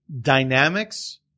dynamics